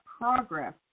progress